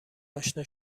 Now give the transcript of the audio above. اشنا